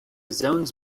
zones